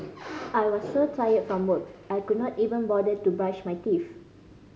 I was so tired from work I could not even bother to brush my teeth